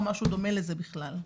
או משהו דומה לזה בכלל.